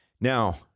Now